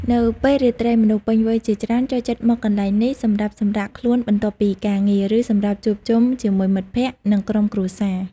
នៅពេលរាត្រី មនុស្សពេញវ័យជាច្រើនចូលចិត្តមកកន្លែងនេះសម្រាប់សម្រាកខ្លួនបន្ទាប់ពីការងារ ឬសម្រាប់ជួបជុំជាមួយមិត្តភក្តិ និងក្រុមគ្រួសារ។